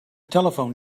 telephone